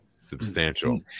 substantial